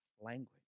language